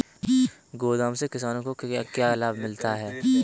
गोदाम से किसानों को क्या क्या लाभ मिलता है?